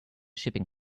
shipping